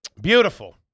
Beautiful